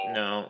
no